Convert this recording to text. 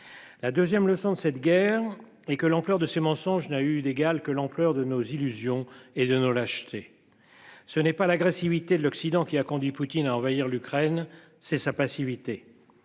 La 2ème leçon de cette guerre et que l'ampleur de ce mensonge n'a eu d'égal que l'ampleur de nos illusions et de nos lâchetés. Ce n'est pas l'agressivité de l'Occident qui a conduit Poutine à envahir l'Ukraine, c'est sa passivité.